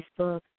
Facebook